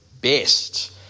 best